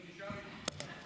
אני נשאר איתכם.